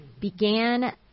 began